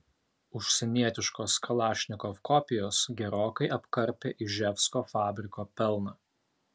užsienietiškos kalašnikov kopijos gerokai apkarpė iževsko fabriko pelną